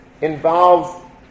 involves